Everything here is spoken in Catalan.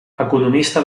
economista